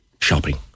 shopping